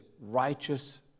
righteous